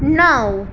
નવ